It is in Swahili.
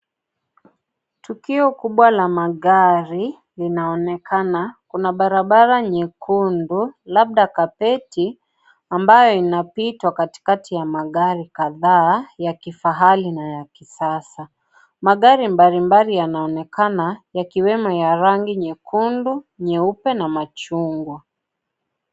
Tukio kubwa la magari linaonekana kuna barabara nyekundu labda carpeti ambayo inapitwa katikati ya magari kadhaa ya kifahari na ya kisasa. Magari mbalimbali yanaonekana yakiwemo ya rangi nyekundu, nyeupe na machungwa.